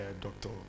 doctor